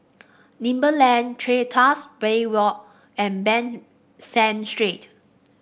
Pebble Lane Tuas Bay Walk and Ban San Street